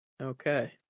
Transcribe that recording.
Okay